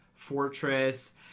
Fortress